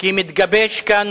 כי מתגבש כאן